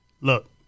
look